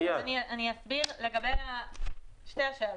אני אסביר לגבי שתי השאלות.